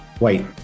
wait